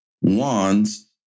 wands